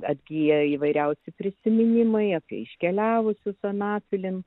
atgyja įvairiausi prisiminimai apie iškeliavusius anapilin